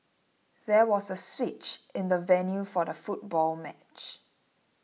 there was a switch in the venue for the football match